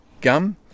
gum